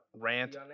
Rant